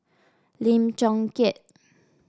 Lim Chong Keat